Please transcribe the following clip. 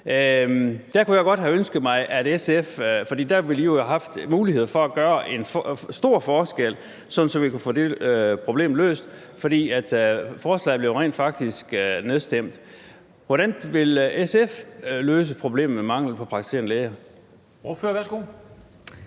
nogle flere uddannelsespladser. Der ville SF jo have haft mulighed for at gøre en stor forskel, sådan at vi kunne få det problem løst, men forslaget blev rent faktisk nedstemt. Hvordan vil SF løse problemet med manglen på praktiserende læger?